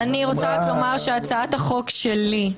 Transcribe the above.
הצעת החוק שלי,